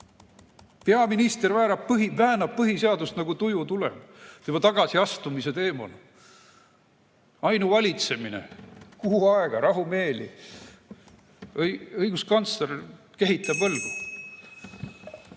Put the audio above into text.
Peaminister väänab põhiseadust, nagu tuju tuleb, juba tagasiastumise teemal. Ainuvalitsemine, kuu aega, rahumeeli. Õiguskantsler kehitab õlgu.